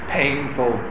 painful